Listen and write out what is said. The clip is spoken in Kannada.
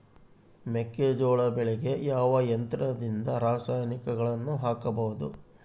ಮೆಕ್ಕೆಜೋಳ ಬೆಳೆಗೆ ಯಾವ ಯಂತ್ರದಿಂದ ರಾಸಾಯನಿಕಗಳನ್ನು ಹಾಕಬಹುದು?